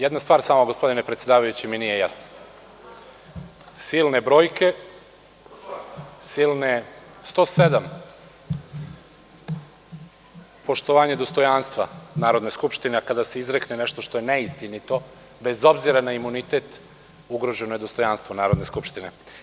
Jedna stvar samo, gospodine predsedavajući, mi nije jasna… (Dragan Šutanovac, s mesta: Koji član?) Član 107. - poštovanje dostojanstva Narodne skupštine, a kada se izrekne nešto što je neistinito, bez obzira na imunitet, ugroženo je dostojanstvo Narodne skupštine.